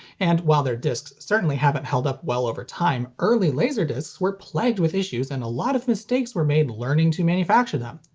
and while their discs certainly haven't held up well over time, early laserdiscs were plagued with issues and a lot of mistakes were made learning to manufacture them.